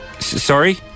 Sorry